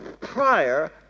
prior